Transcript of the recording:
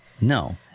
No